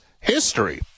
history